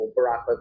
Barack